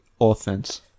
offense